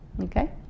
okay